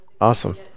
Awesome